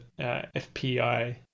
FPI